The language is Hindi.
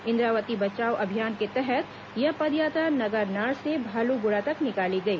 इंद्रावती बचाओ अभियान के तहत यह पदयात्रा नगरनार से भालूगुड़ा तक निकाली गई